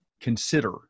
consider